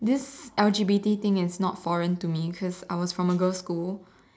this L_G_B_T thing is not foreign to me because I was from a girls' school